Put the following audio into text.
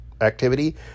activity